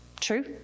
True